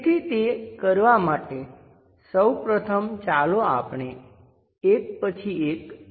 તેથી તે કરવા માટે સૌ પ્રથમ ચાલો આપણે એક પછી એક જોઈએ